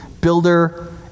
builder